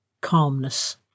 calmness